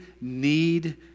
need